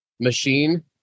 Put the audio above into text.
machine